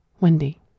Wendy